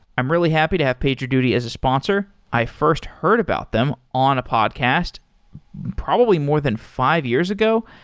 i'm really happy to have pager duty as a sponsor. i first heard about them on a podcast probably more than five years ago.